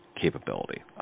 capability